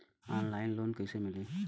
Online loan कइसे मिली?